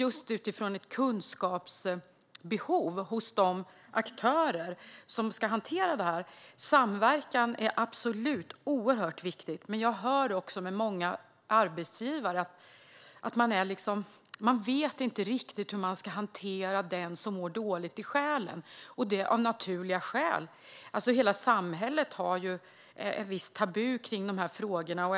Utifrån ett kunskapsbehov hos de aktörer som ska hantera det här är samverkan absolut oerhört viktigt, men jag hör också från många arbetsgivare att man inte riktigt vet hur man ska hantera den som mår dåligt i själen, och det av naturliga skäl eftersom det i hela samhället råder ett visst tabu kring de här frågorna.